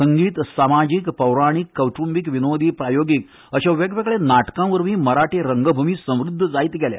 संगीत समाजीक पौराणीक कौटुंबीक विनोदी प्रायोगीक अशा वेगवेगळ्या नाटकां वरवीं मराठी रंगभूंय समृद्ध जायत आसा